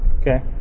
Okay